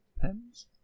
Pens